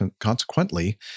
Consequently